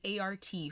ART